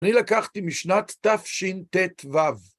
אני לקחתי משנת תשט"ו.